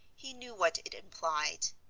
he knew what it implied.